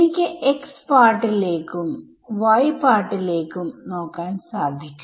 എനിക്ക് x പാർട്ടിലേക്കും y പാർട്ടിലേക്കും നോക്കാൻ സാധിക്കും